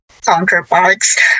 counterparts